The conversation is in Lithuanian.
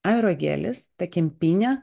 aerogelis ta kempinė